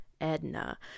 Edna